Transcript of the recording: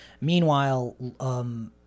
Meanwhile